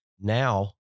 Now